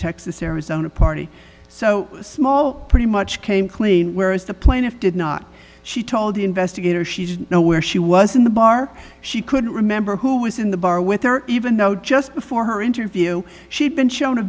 texas arizona party so small pretty much came clean whereas the plaintiff did not she told the investigator she didn't know where she was in the bar she couldn't remember who was in the bar with her even though just before her interview she'd been shown a